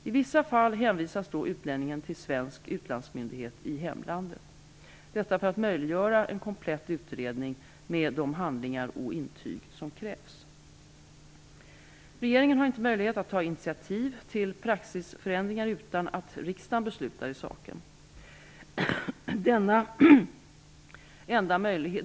I vissa fall hänvisas då utlänningen till svensk utlandsmyndighet i hemlandet; detta för att möjliggöra en komplett utredning med de handlingar och intyg som krävs. Regeringen har inte möjlighet att ta initiativ till praxisförändringar utan att riksdagen beslutar i saken.